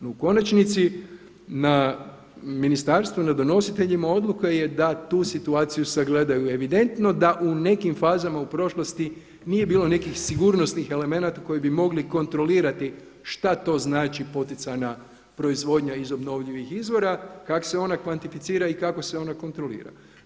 No u konačnici na ministarstvo, na donositeljima odluka je da tu situaciju sagledaju evidentno da u nekim fazama u prošlosti nije bilo nekih sigurnosnih elemenata koji bi mogli kontrolirati šta to znači poticajna proizvodnja iz obnovljivih izvora, kako se ona kvantificira i kako se ona kontrolira.